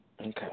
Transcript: Okay